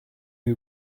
who